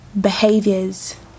behaviors